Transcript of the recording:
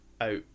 out